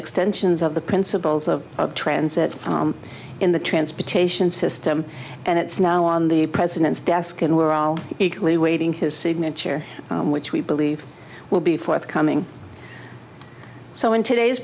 extensions of the principles of transit in the transportation system and it's now on the president's desk and we are all eagerly awaiting his signature which we believe will be forthcoming so in today's